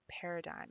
paradigm